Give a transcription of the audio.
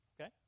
Okay